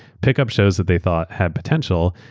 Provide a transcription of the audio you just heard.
pick up shows that they thought had potential,